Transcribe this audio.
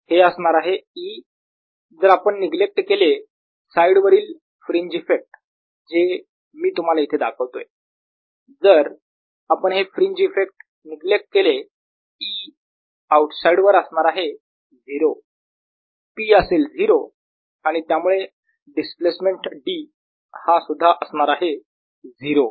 हे असणार आहे E जर आपण निग्लेक्ट केले साईड वरील फ्रीन्ज इफेक्ट जे मी तुम्हाला इथे दाखवतोय जर आपण हे फ्रीन्ज इफेक्ट निग्लेक्ट केले E आऊटसाईड वर असणार आहे 0 P असेल 0 आणि त्यामुळे डिस्प्लेसमेंट D हा सुद्धा असणारे 0